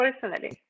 personally